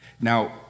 Now